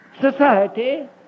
Society